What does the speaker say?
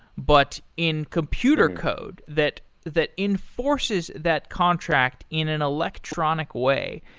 but in computer code that that enforces that contract in an electronic way.